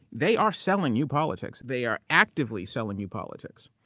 they are selling you politics. they are actively selling you politics.